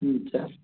अच्छा